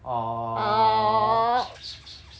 !aww!